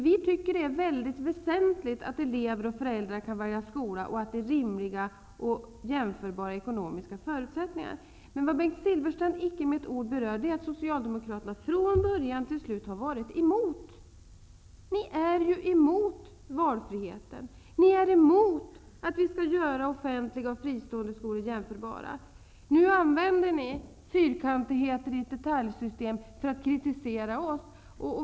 Vi tycker det är mycket väsentligt att elever och föräldrar kan välja skola och att de ekonomiska förutsättningarna är rimliga och jämförbara. Icke med ett ord berör Bengt Silfverstrand emellertid att Socialdemokraterna från början till slut har varit emot valfriheten. Ni är emot den, och ni är emot att göra offentliga och fristående skolor jämförbara. Nu använder ni fyrkantigheter i ett detaljsystem för att kritisera oss.